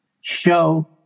show